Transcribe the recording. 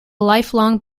lifelong